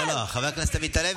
לא, חבר הכנסת עמית הלוי.